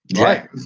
right